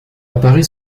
apparaît